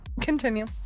Continue